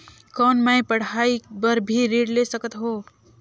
कौन मै पढ़ाई बर भी ऋण ले सकत हो?